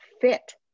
fit